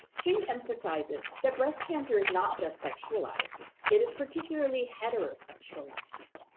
jain emphasizes that breast cancer is not just sexualized, it is particularly hetero-sexualized.